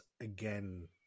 again